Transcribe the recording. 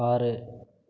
ஆறு